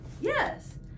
yes